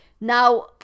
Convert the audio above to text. Now